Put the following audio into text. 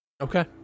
okay